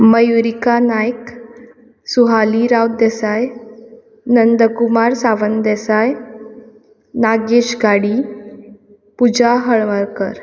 Mayurika Naik Suhali Rao Desai Nandkumar Sawant Desai Nagesh Ghadi Puja Halarnkar